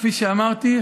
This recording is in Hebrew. כפי שאמרתי,